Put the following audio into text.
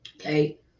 okay